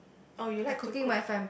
or you like to cook